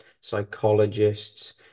psychologists